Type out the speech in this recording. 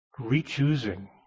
re-choosing